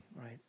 right